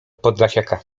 podlasiaka